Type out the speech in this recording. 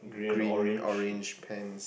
green orange pants